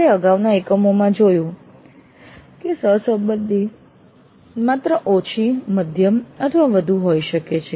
આપણે અગાઉના એકમોમાં જોયું છે કે સહસંબંધની માત્ર ઓછી મધ્યમ અથવા વધુ હોઈ શકે છે